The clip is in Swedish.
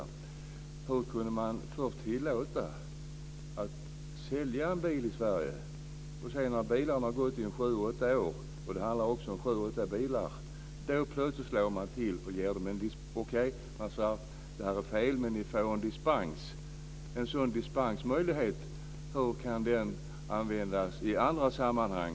Jag undrar hur man kan tillåta att en bil får säljas i Sverige och sedan, när den gått i sju åtta år, slår man till och säger att det är fel men att bilen får köras på dispens. Det handlar om sju åtta bilar. Hur kan en sådan dispensmöjlighet användas i framtiden i andra sammanhang?